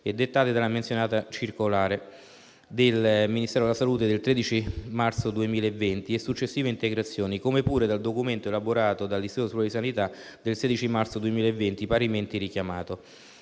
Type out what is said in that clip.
e dettate dalla circolare del Ministero della salute del 17 marzo 2020, e successive integrazioni, come pure dal documento elaborato dall'Istituto superiore di sanità, aggiornato al 16 marzo 2020, parimenti richiamato.